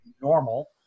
normal